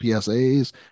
psa's